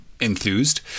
enthused